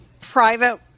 private